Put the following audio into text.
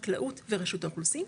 חקלאות ורשות האוכלוסין,